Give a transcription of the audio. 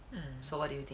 so what do you think